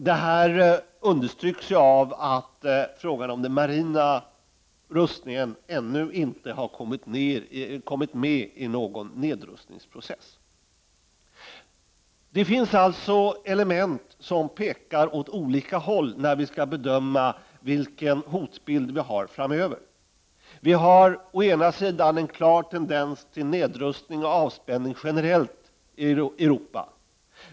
Det här understryks i och med att 51 frågan om den marina rustningen ännu inte har kommit med i någon nedrustningsprocess. Det finns alltså element som pekar åt olika håll när vi skall bedöma hotbilden framöver. Å ena sidan finns det en klar tendens till nedrustning och avspänning generellt i Europa.